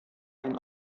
ein